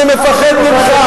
אני מפחד ממך,